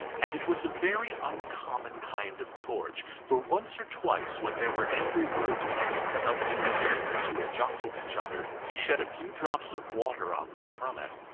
and it was a very uncommon kind of torch, for once or twice when there were angry words between some dinner-carriers who had jostled each other, he shed a few drops of water on them from it,